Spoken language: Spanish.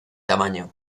tamaño